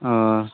ᱚᱻ